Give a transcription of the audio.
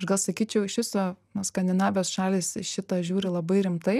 aš gal sakyčiau iš viso skandinavijos šalys į šitą žiūri labai rimtai